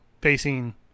facing